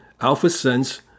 AlphaSense